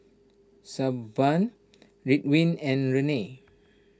Sebamed Ridwind and Rene